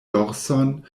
dorson